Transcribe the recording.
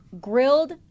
Grilled